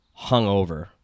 hungover